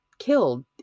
Killed